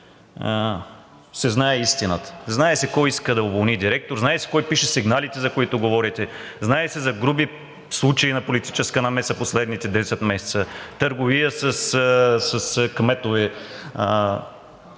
се знае истината. Знае се кой иска да уволни директор. Знае се кой пише сигналите, за които говорите. Знае се за груби случаи на политическа намеса последните 10 месеца. Търговия с кметове